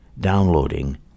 downloading